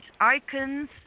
icons